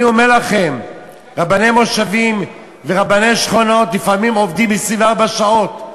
אני אומר לכם שרבני מושבים ורבני שכונות לפעמים עובדים 24 שעות.